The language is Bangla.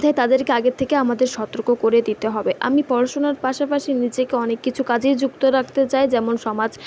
যা তাদেরকে আগের থেকে আমাদের সতর্ক করে দিতে হবে আমি পড়াশুনার পাশাপাশি নিজেকে অনেক কিছু কাজেই যুক্ত রাখতে চাই যেমন সমাজ